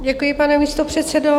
Děkuji, pane místopředsedo.